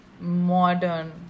modern